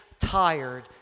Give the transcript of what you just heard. tired